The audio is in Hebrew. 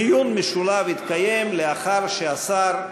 דיון משולב יתקיים לאחר שהשר,